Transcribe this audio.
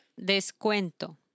descuento